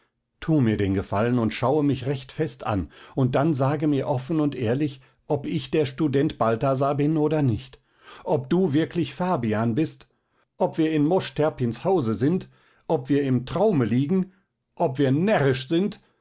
tu mir den gefallen und schaue mich recht fest an und dann sage mir offen und ehrlich ob ich der student balthasar bin oder nicht ob du wirklich fabian bist ob wir in mosch terpins hause sind ob wir im traume liegen ob wir närrisch sind